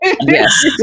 yes